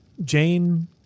Jane